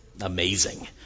amazing